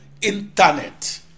internet